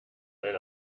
eine